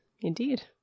indeed